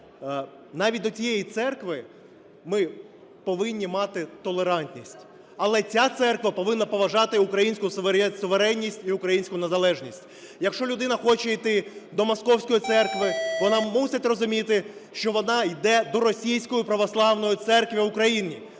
навіть до тієї церкви ми повинні мати толерантність. Але ця церква повинна поважати українську суверенність і українську незалежність. Якщо людина хоче йти до московської церкви, вона мусить розуміти, що вона йде до російської православної церкви в Україні.